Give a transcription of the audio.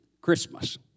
Christmas